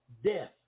death